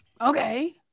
okay